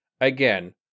again